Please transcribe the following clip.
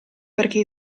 perché